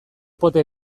potea